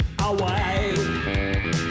away